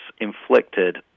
inflicted